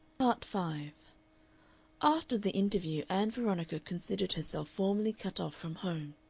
part five after the interview ann veronica considered herself formally cut off from home.